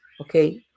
Okay